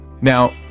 Now